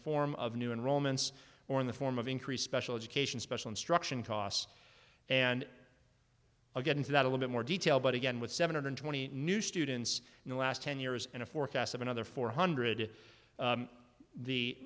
form of new enrollments or in the form of increased special education special instruction costs and i'll get into that little bit more detail but again with seven hundred twenty new students in the last ten years in a forecast of another four hundred